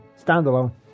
Standalone